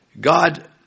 God